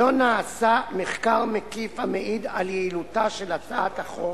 לא נעשה מחקר מקיף המעיד על יעילותה של הצעת החוק,